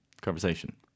Conversation